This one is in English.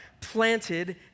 planted